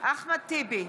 אחמד טיבי,